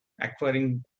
acquiring